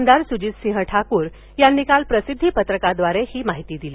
आमदार सुजित सिंह ठाकूर यांनी काल प्रसिद्धी पत्रकाद्वारे ही माहिती दिली